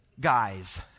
Guys